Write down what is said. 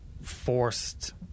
forced